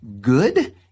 good